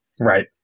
Right